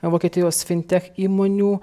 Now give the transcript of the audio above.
vokietijos fintech įmonių